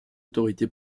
autorité